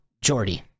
jordy